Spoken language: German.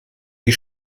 die